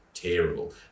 terrible